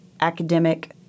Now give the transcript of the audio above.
academic